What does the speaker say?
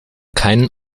keinen